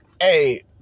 Hey